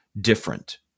different